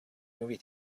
movie